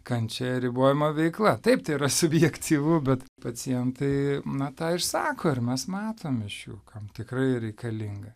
kančia ribojama veikla taip tai yra subjektyvu bet pacientai na tą išsako ir mes matom iš jų kam tikrai reikalinga